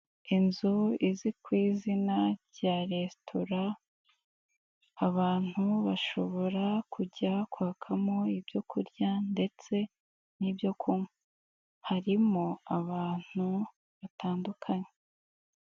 Inzu izwi ku izina rya resitora. Abantu bashobora kujya kwakamo ibyo kurya ndetse n'ibyo kunywa. Harimo abantu batandukanye.